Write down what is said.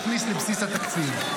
יכניס לבסיס התקציב.